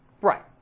Right